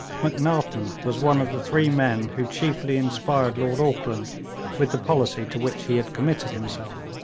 macnaghten was one of the three men who chiefly inspired lord auckland with the policy to which he had committed himself.